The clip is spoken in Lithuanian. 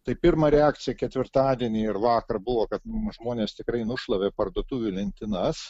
tai pirma reakcija ketvirtadienį ir vakar buvo kad žmonės tikrai nušlavė parduotuvių lentynas